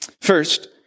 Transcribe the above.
First